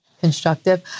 Constructive